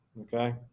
Okay